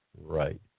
Right